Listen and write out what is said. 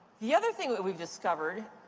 the other thing that we've discovered